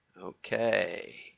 Okay